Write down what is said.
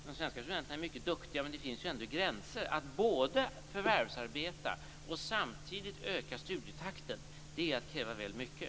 De svenska studenterna är mycket duktiga, men det finns ju ändå gränser. Att samtidigt både förvärvsarbeta och öka studietakten är att kräva väl mycket.